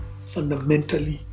fundamentally